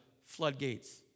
floodgates